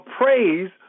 praise